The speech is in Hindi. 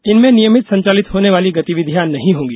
इनमें नियमित संचालित होने वाली गतिविधियाँ नहीं होंगी